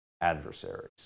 adversaries